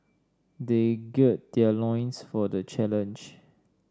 they gird their loins for the challenge